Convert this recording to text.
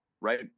right